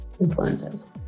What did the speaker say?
influences